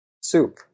Soup